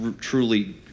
truly